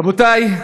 רבותי,